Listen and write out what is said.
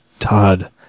Todd